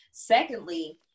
secondly